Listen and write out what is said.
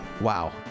wow